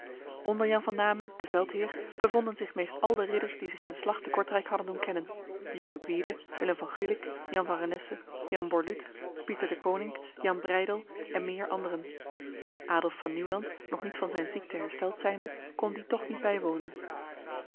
jan van namen de veldheer bevonden zich meest al de ridderen die zich in de slag te kortrijk hadden doen kennen de jonge gwyde willem van gulik jan van renesse jan borluut pieter deconinck jan breydel en meer anderen adolf van nieuwland nog niet van zijn ziekte hersteld zijnde kon die tocht niet bijwonen